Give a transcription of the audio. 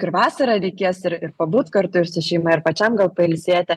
ir vasarą reikės ir ir pabūt kartu ir su šeima ir pačiam gal pailsėti